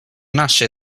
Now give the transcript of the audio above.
nasce